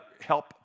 help